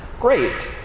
Great